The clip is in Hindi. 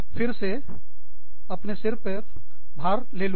फिर से अपने सिर पर मैं भार ले लूँगा